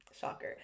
Shocker